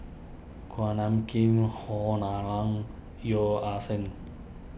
Kuak Nam Jin Han Lao Da Yeo Ah Seng